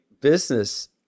business